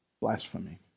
Blasphemy